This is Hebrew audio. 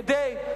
כדי,